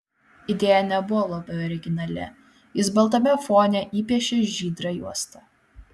idėja nebuvo labai originali jis baltame fone įpiešė žydrą juostą